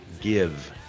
give